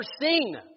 seen